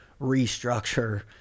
restructure